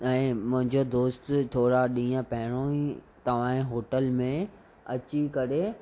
ऐं मुंहिंजो दोस्त थोरा ॾींहं पहिरियों ई तव्हांजे होटल में अची करे